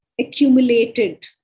accumulated